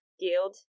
Guild